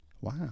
Wow